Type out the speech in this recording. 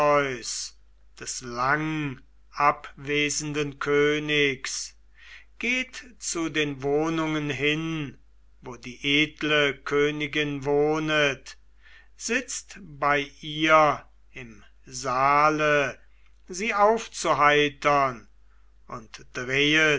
des langabwesenden königs geht zu den wohnungen hin wo die edle königin wohnet sitzt bei ihr im saale sie aufzuheitern und drehet